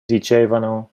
dicevano